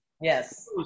Yes